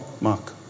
Mark